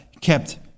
kept